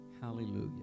Hallelujah